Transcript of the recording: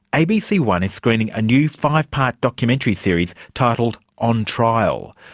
a b c one is screening a new five-part documentary series titled on trial.